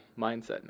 mindset